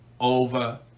over